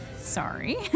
Sorry